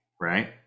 right